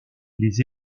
les